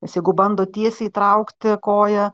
nes jeigu bando tiesiai traukti koją